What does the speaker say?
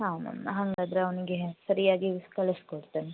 ಹಾಂ ಮ್ಯಾಮ್ ಹಾಗಾದರೆ ಅವನಿಗೆ ಸರಿಯಾಗಿ ಕಳಿಸಿಕೊಡ್ತೇನೆ